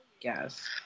Yes